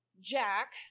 Jack